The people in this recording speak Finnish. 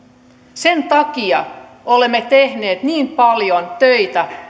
sen takia olemme tehneet niin paljon töitä